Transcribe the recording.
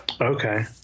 Okay